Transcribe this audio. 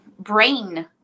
brain